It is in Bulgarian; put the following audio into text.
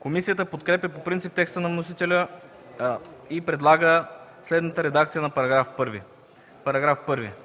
Комисията подкрепя по принцип текста на вносителя и предлага следната редакция на § 1: „§ 1. В